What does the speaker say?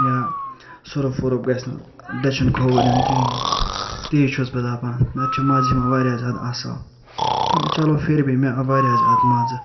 یا سۄرُف وۄرُف گژھِ نہٕ دٔچھِنۍ کھوٚوٕرۍ یُن کِہیٖنۍ تی چھُس بہٕ دپان نَتہٕ چھُ مزٕ یِوان واریاہ زیادٕ اصٕل تہٕ وۄنۍ چلو پھر بھی مےٚ آو واریاہ زیادٕ مزٕ